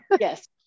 Yes